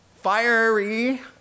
fiery